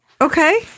Okay